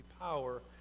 power